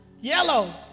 Yellow